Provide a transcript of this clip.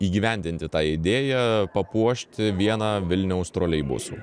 įgyvendinti tą idėją papuošti vieną vilniaus troleibusų